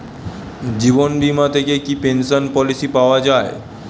জীবন বীমা থেকে কি পেনশন পলিসি পাওয়া যায়?